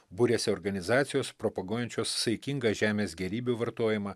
buriasi organizacijos propaguojančios saikingą žemės gėrybių vartojimą